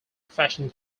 fashion